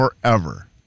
forever